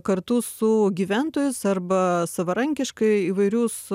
kartu su gyventojais arba savarankiškai įvairius